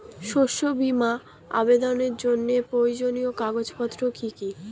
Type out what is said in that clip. শস্য বীমা আবেদনের জন্য প্রয়োজনীয় কাগজপত্র কি কি?